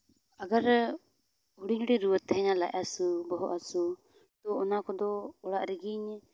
ᱟᱜᱟᱨ ᱦᱩᱰᱤᱧ ᱦᱩᱰᱤᱧ ᱨᱩᱣᱟᱹ ᱛᱟᱦᱮᱱᱟ ᱞᱟᱡ ᱦᱟᱹᱥᱩ ᱵᱚᱦᱚᱜ ᱦᱟᱹᱥᱩ ᱚᱱᱟ ᱠᱚᱫᱚ ᱚᱲᱟᱜ ᱨᱮᱜᱮᱧ